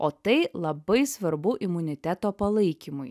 o tai labai svarbu imuniteto palaikymui